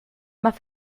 más